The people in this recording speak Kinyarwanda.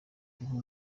bihugu